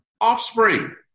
offspring